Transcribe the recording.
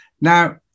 Now